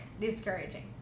discouraging